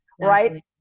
right